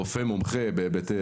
רופא מומחה בהיבטי